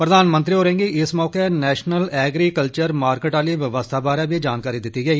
प्रधानमंत्री होरें' गी इस मौके नेशनल एग्रीकल्चर मार्किट आहली बवस्था बारे बी जानकारी दित्ती गेई